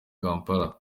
kampala